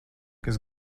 kas